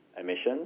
Emissions